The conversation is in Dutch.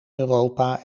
europa